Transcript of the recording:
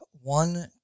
one